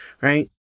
right